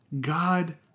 God